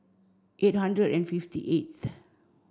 eight hundred and fifty eighth